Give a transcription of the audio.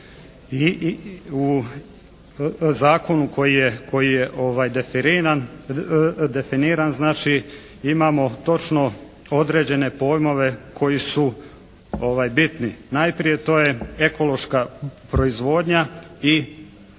i, u zakonu koji je definiran, znači imamo točno određene pojmove koji su bitni. Najprije to je ekološka proizvodnja i potvrdnica